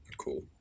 cool